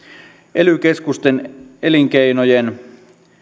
ely keskusten elinkeinojen